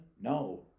No